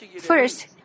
First